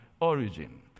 origin